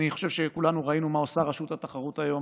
אני חושב שכולנו ראינו מה עושה רשות התחרות היום